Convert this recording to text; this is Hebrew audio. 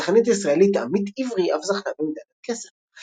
והשחיינית הישראלית עמית עברי אף זכתה במדליית כסף.